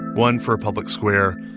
one for a public square,